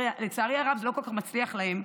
לצערי הרב, זה לא כל כך מצליח להם,